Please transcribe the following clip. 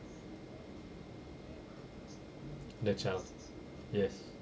the child yes